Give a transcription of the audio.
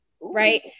Right